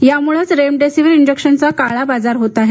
यामुळेच रेमडेसिविर इंजेक्शन्सचा काळाबाजार होत आहे